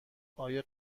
آیا